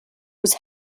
was